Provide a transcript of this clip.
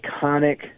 iconic